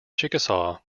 chickasaw